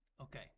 Okay